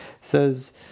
says